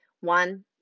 One